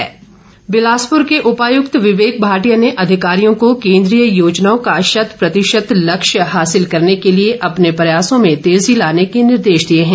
विवेक भाटिया बिलासपुर के उपायुक्त विवेक भाटिया ने अधिकारियों को केंद्रीय योजनाओं का शतप्रतिशत लक्ष्य हासिल करने के लिए अपने प्रयासों में तेजी लाने के निर्देश दिए हैं